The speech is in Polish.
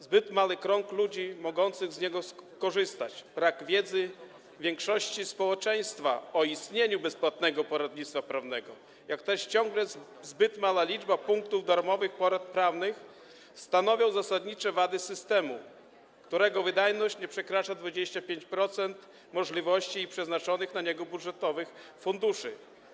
Zbyt mały krąg ludzi mogących z niego skorzystać, brak wiedzy większości społeczeństwa o istnieniu bezpłatnego poradnictwa prawnego, ciągle zbyt mała liczba punktów darmowych porad prawnych stanowią zasadnicze wady systemu, którego wydajność nie przekracza 25% możliwości i przeznaczonych na niego budżetowych funduszy.